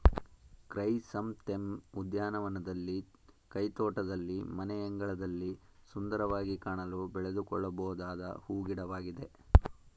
chrysanthemum ಉದ್ಯಾನವನದಲ್ಲಿ, ಕೈತೋಟದಲ್ಲಿ, ಮನೆಯಂಗಳದಲ್ಲಿ ಸುಂದರವಾಗಿ ಕಾಣಲು ಬೆಳೆದುಕೊಳ್ಳಬೊದಾದ ಹೂ ಗಿಡವಾಗಿದೆ